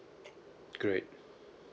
great